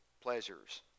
pleasures